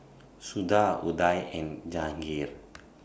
Suda Udai and Jahangir